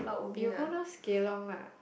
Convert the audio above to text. you go those kelong lah